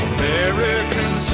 American